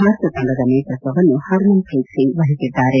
ಭಾರತ ತಂಡದ ನೇತೃತ್ವವನ್ನು ಪರ್ಮನ್ ಪ್ರೀತ್ ಸಿಂಗ್ ವಹಿಸಿದ್ದಾರೆ